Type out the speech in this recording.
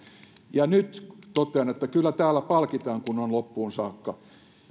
ja nyt totean että kyllä täällä palkitaan kun on loppuun saakka